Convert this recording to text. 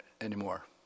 anymore